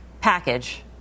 package